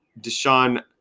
Deshaun